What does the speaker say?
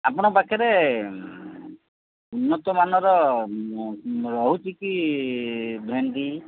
ଆପଣ ପାଖରେ ଉନ୍ନତ ମାନର ରହୁଚି କି ଭେଣ୍ଡି